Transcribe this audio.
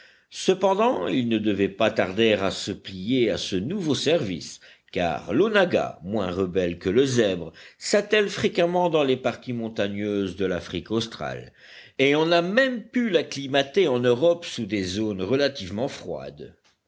cependant ils ne devaient pas tarder à se plier à ce nouveau service car l'onagga moins rebelle que le zèbre s'attelle fréquemment dans les parties montagneuses de l'afrique australe et on a même pu l'acclimater en europe sous des zones relativement froides